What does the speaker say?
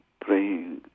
praying